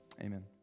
Amen